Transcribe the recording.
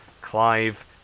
Clive